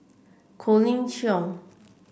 Colin Cheong